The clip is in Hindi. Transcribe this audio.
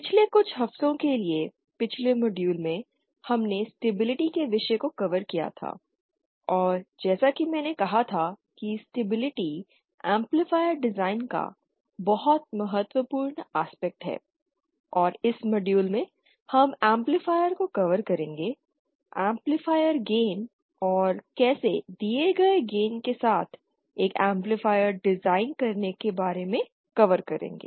पिछले कुछ हफ्तों के लिए पिछले मॉड्यूल में हमने स्टेबिलिटी के विषय को कवर किया था और जैसा कि मैंने कहा था कि स्टेबिलिटी एम्पलीफायर डिज़ाइन का बहुत महत्वपूर्ण आस्पेक्ट है और इस मॉड्यूल में हम एम्पलीफायर को कवर करेंगे एम्पलीफायर गेन और कैसे दिए गए गेन के साथ एक एम्पलीफायर डिज़ाइन करने के बारे में कवर करेंगे